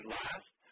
last